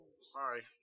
Sorry